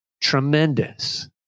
Tremendous